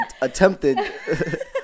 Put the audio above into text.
attempted